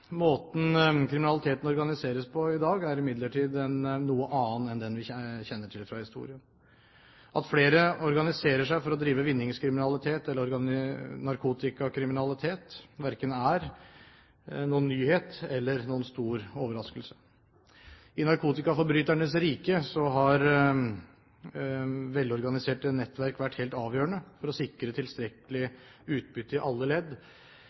Måten kriminaliteten organiseres på i dag, er imidlertid en noe annen enn det vi kjenner til fra historien. At flere organiserer seg for å drive vinningskriminalitet eller narkotikakriminalitet, er verken noen nyhet eller noen stor overraskelse. I narkotikaforbryternes rike har velorganiserte nettverk i mange tiår vært helt avgjørende for å sikre tilstrekkelig utbytte i alle ledd